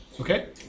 Okay